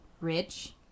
rich